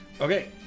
Okay